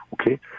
okay